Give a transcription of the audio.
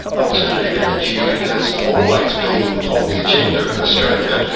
alternative energy has always been on the agenda in australia,